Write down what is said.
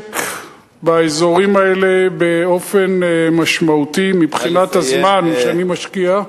שעוסק באזורים האלה באופן משמעותי מבחינת הזמן שאני משקיע,